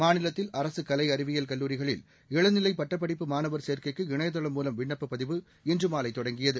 மாநிலத்தில் அரசு கலை அறிவியல் கல்லூரிகளில் இளநிலை பட்டப்படிப்பு மாணவர் சேர்க்கைக்கு இணையதளம் மூலம் விண்ணப்பப் பதிவு இன்று மாலை தொடங்கியது